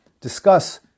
discuss